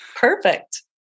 Perfect